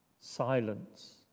Silence